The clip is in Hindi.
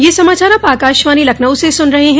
ब्रे क यह समाचार आप आकाशवाणी लखनऊ से सुन रहे हैं